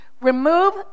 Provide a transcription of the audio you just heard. Remove